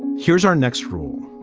here's our next room.